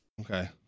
Okay